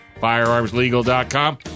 FirearmsLegal.com